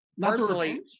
personally